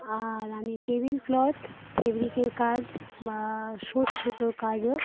আর আমি table cloth ফেব্রিকের কাজ বা ছুঁচ সুতোর কাজও